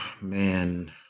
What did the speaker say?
man